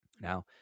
Now